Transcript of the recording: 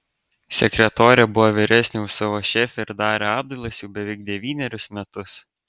sekretorė buvo vyresnė už savo šefę ir darė apdailas jau beveik devynerius metus